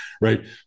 right